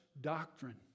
doctrine